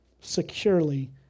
securely